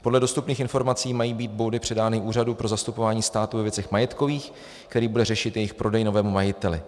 Podle dostupných informací mají být boudy předány Úřadu pro zastupování státu ve věcech majetkových, který bude řešit jejich prodej novému majiteli.